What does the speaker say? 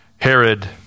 Herod